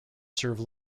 serve